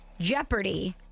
Jeopardy